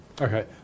okay